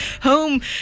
home